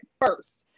first